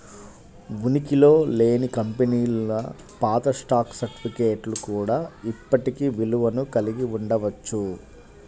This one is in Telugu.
ఉనికిలో లేని కంపెనీల పాత స్టాక్ సర్టిఫికేట్లు కూడా ఇప్పటికీ విలువను కలిగి ఉండవచ్చు